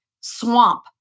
swamp